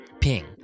Ping